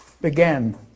began